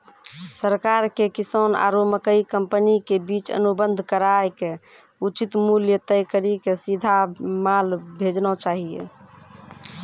सरकार के किसान आरु मकई कंपनी के बीच अनुबंध कराय के उचित मूल्य तय कड़ी के सीधा माल भेजना चाहिए?